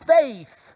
faith